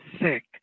sick